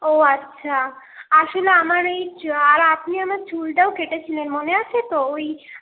ও আচ্ছা আসলে আমার এই আর আপনি আমার চুলটাও কেটেছিলেন মনে আছে তো ওই